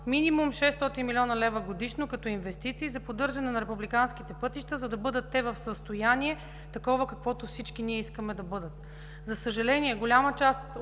минимум 600 млн. лв. годишно, като инвестиции за поддържане на републиканските пътища, за да бъдат те в състояние такова, в каквото ние всички искаме да бъдат. За съжаление, голяма част